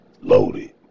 Loaded